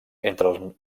entre